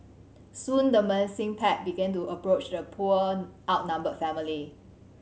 soon the menacing pack began to approach the poor outnumbered family